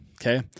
Okay